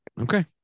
Okay